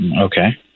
okay